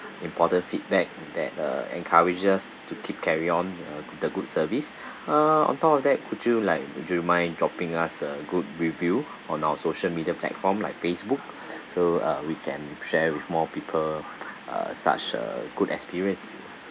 important feedback that uh encourage us to keep carry on uh the good service err on top of that could you like do you mind dropping us a good review on our social media platforms like Facebook so uh we can share with more people uh such a good experience